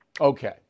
Okay